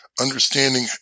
understanding